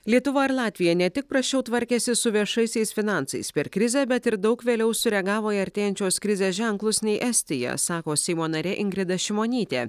lietuva ar latvija ne tik prasčiau tvarkėsi su viešaisiais finansais per krizę bet ir daug vėliau sureagavo į artėjančios krizės ženklus nei estija sako seimo narė ingrida šimonytė